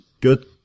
good